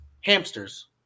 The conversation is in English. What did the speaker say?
hamsters